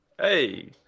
hey